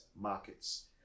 markets